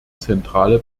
zentrale